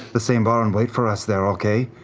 the same bar, and wait for us there, okay?